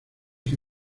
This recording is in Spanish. que